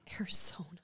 Arizona